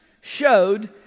showed